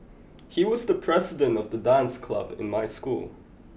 he was the president of the dance club in my school